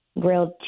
grilled